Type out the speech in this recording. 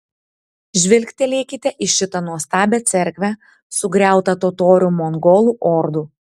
žvilgtelėkite į šitą nuostabią cerkvę sugriautą totorių mongolų ordų